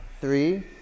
Three